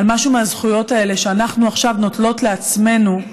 על משהו מהזכויות האלה שאנחנו עכשיו נוטלות לעצמנו,